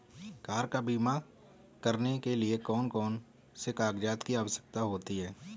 Car का बीमा करने के लिए कौन कौन से कागजात की आवश्यकता होती है?